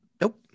Nope